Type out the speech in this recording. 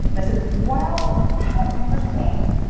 and i said, well, how interesting.